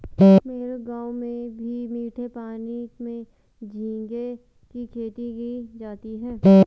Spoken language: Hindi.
मेरे गांव में भी मीठे पानी में झींगे की खेती की जाती है